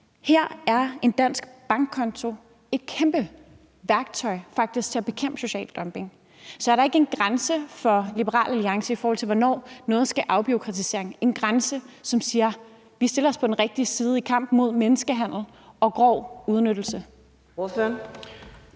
om en dansk bankkonto faktisk et godt værktøj til at bekæmpe social dumping. Så er der ikke en grænse for Liberal Alliance, i forhold til hvornår noget skal afbureaukratiseres, altså en grænse, som siger: Vi stiller os på den rigtige side i kampen mod menneskehandel og grov udnyttelse?